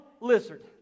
lizard